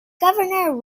governor